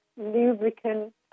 Lubricant